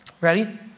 Ready